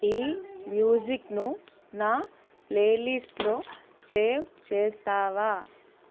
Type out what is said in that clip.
ఈ మ్యూజిక్ను నా ప్లేలిస్ట్లో సేవ్ చేస్తావా